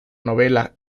novela